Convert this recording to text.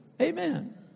Amen